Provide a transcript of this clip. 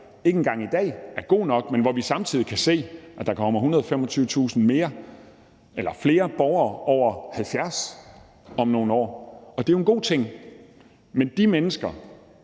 ikke engang i dag, er god nok, men hvor vi samtidig kan se, at der kommer 125.000 flere borgere over 70 år om nogle år. Og det er jo en god ting, men de mennesker,